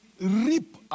Reap